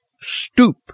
stoop